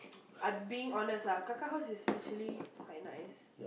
I being honest ah kaka house is actually quite nice